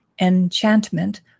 Enchantment